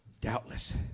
Doubtless